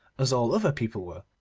as all other people were,